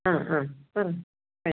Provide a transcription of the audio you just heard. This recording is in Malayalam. ആ ആ പറ